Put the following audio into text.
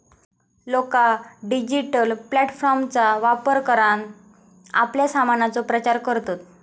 लोका डिजिटल प्लॅटफॉर्मचा वापर करान आपल्या सामानाचो प्रचार करतत